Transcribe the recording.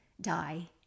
die